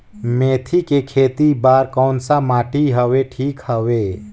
मेथी के खेती बार कोन सा माटी हवे ठीक हवे?